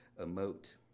emote